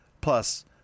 Plus